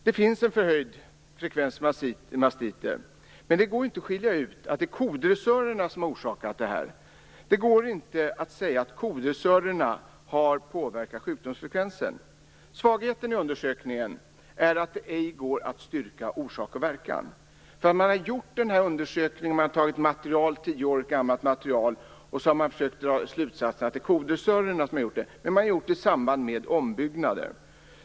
Det finns en förhöjd frekvens av mastiter, men det går inte att skilja ut att det är kodressörerna som har orsakat det. Det går inte att säga att kodressörerna har påverkat sjukdomsfrekvensen. Svagheten i undersökningen är att det ej går att styrka orsak och verkan. Man har tagit tio år gammalt material och försökt dra slutsatsen att kodressörerna ligger bakom detta. Men man har gjort undersökningen i samband med ombyggnader.